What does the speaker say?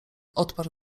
odparł